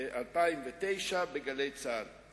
עכשיו הוא אומר.